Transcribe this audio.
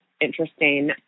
interesting